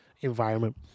environment